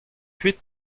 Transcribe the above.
kuit